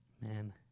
Man